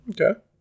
Okay